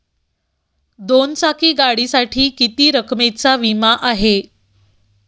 दोन चाकी गाडीसाठी किती रकमेचा विमा आहे?